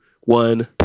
one